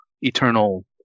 eternal